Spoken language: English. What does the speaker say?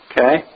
Okay